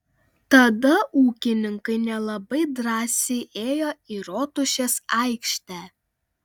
tada ūkininkai nelabai drąsiai ėjo į rotušės aikštę